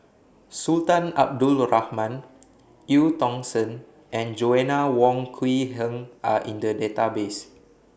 Sultan Abdul Rahman EU Tong Sen and Joanna Wong Quee Heng Are in The Database